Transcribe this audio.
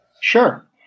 Sure